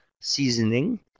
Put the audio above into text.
seasoning